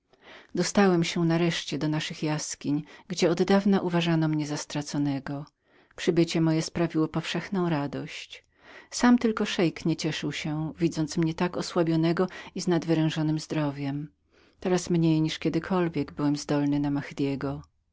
dostałem się nareszcie do naszych jaskiń gdzie oddawna uważano mnie za straconego przybycie moje sprawiło powszechną radość sam tylko szeik nie cieszył się widząc mnie tak osłabionego i z nadwerężonem zdrowiem teraz mniej niż kiedykolwiek byłem zdolny na